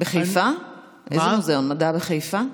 המדע בחיפה?